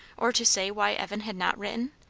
or to say why evan had not written?